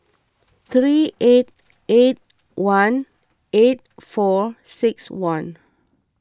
three eight eight one eight four six one